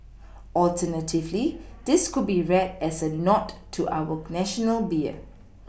alternatively this could be read as a nod to our national beer